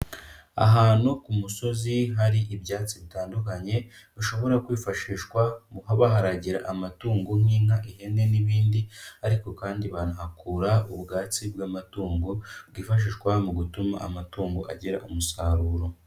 Ahantu ku musozi hari ibyatsi bitandukanye, ushobora kwifashishwa baharagira amatungo nk'inka, ihene n'ibindi ariko kandi banahakura ubwatsi bw'amatungo, bwifashishwa mu gutuma amatungo agira umusaruro.